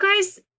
guys